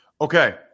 Okay